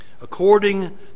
according